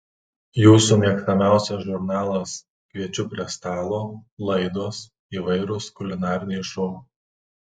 jūsų mėgstamiausias žurnalas kviečiu prie stalo laidos įvairūs kulinariniai šou